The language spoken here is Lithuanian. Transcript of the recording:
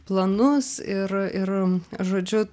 planus ir ir žodžiu